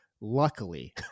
Luckily